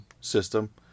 system